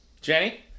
Jenny